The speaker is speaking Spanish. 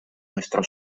nuestro